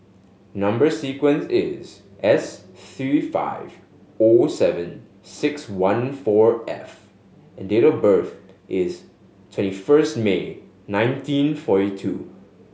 number sequence is S three five O seven six one four F and date of birth is twenty first May nineteen forty two